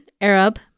Arab